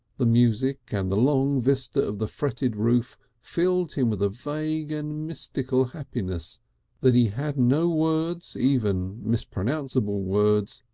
the music and the long vista of the fretted roof filled him with a vague and mystical happiness that he had no words, even mispronounceable words,